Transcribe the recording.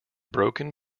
broken